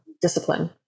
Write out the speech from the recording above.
discipline